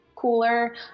Cooler